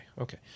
Okay